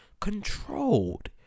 controlled